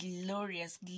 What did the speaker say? glorious